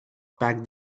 packed